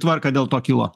tvarką dėl to kilo